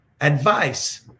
advice